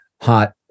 hot